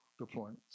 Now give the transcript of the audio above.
deployments